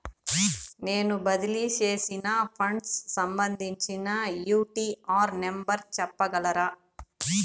నేను బదిలీ సేసిన ఫండ్స్ సంబంధించిన యూ.టీ.ఆర్ నెంబర్ సెప్పగలరా